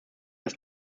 das